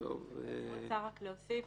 אני רוצה להוסיף.